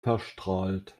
verstrahlt